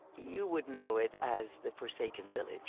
you would know it as the forsaken village.